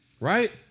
Right